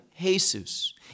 Jesus